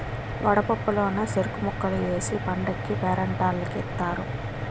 వడపప్పు లోన సెరుకు ముక్కలు ఏసి పండగకీ పేరంటాల్లకి ఇత్తారు